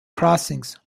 crossings